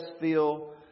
feel